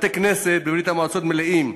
בתי-כנסת בברית-המועצות מלאים,